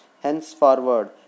Henceforward